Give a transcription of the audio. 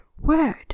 word